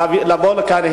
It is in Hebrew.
לבוא לכאן.